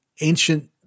ancient